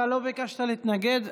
אתה לא ביקשת להתנגד.